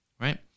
right